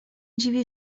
dziwię